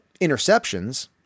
interceptions